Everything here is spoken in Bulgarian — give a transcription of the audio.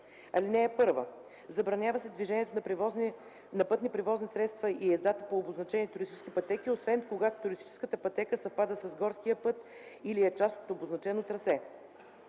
149. (1) Забранява се движението на пътни превозни средства и ездата по обозначените туристически пътеки, освен когато туристическата пътека съвпада с горски път или е част от обозначено трасе.